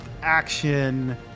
action